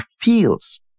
feels